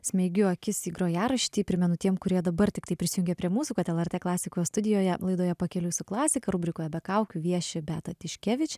įsmeigiu akis į grojaraštį primenu tiems kurie dabar tiktai prisijungia prie mūsų kad lrt klasikos studijoje laidoje pakeliui su klasika rubrikoje be kaukių vieši beata tiškevič